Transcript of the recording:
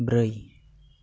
ब्रै